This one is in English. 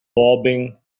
bobbing